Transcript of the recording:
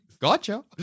Gotcha